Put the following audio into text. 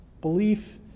Belief